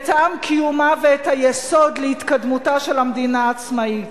את טעם קיומה ואת היסוד להתקדמותה של המדינה העצמאית.